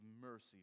mercy